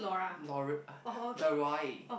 Laura ugh Leroy